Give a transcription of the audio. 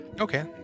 Okay